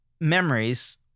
memories